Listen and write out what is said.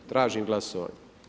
Tražim glasovanje.